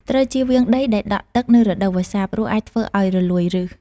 ត្រូវជៀសវាងដីដែលដក់ទឹកនៅរដូវវស្សា ព្រោះអាចធ្វើឲ្យរលួយឫស។